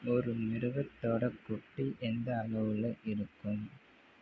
ஒரு மிருகத்தோட குட்டி எந்த அளவில் இருக்கும்